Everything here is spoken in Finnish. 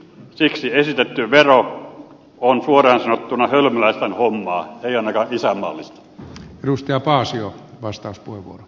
siksi esitetty vero on suoraan sanottuna hölmöläisten hommaa ei ainakaan isänmaallista